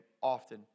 often